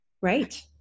Right